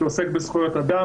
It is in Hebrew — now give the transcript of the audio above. שעוסק בזכויות אדם,